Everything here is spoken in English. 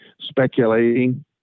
speculating